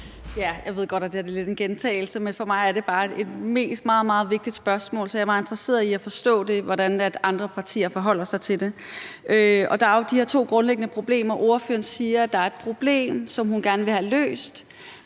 Jeg ved godt, at det her er lidt en gentagelse, men for mig er det bare et meget, meget vigtigt spørgsmål, så jeg er meget interesseret i at forstå, hvordan andre partier forholder sig til det. Der er jo de her to grundlæggende problemer. Ordføreren siger, at der er et problem, som hun gerne vil have løst,